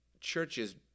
churches